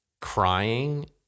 crying